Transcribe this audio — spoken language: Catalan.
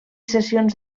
sessions